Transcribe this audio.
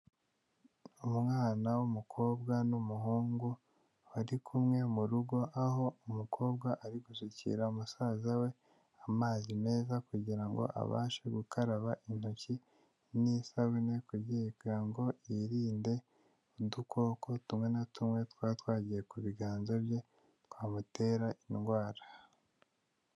Umwana w'umukobwa n'umuhungu bari kumwe mu rugo, aho umukobwa ari gusukira musaza we amazi meza kugira ngo abashe gukaraba intoki n'isabune kugira ngo yirinde udukoko tumwe na tumwe twaba twagiye ku biganza bye twamutera indwara.